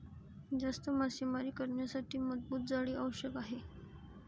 जास्त मासेमारी करण्यासाठी मजबूत जाळी आवश्यक आहे